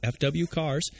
fwcars